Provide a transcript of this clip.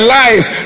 life